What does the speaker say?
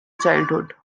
childhood